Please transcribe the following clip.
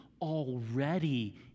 already